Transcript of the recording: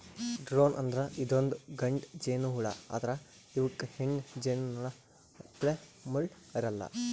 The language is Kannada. ಡ್ರೋನ್ ಅಂದ್ರ ಇದೊಂದ್ ಗಂಡ ಜೇನಹುಳಾ ಆದ್ರ್ ಇವಕ್ಕ್ ಹೆಣ್ಣ್ ಜೇನಹುಳಪ್ಲೆ ಮುಳ್ಳ್ ಇರಲ್ಲಾ